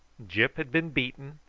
gyp had been beaten,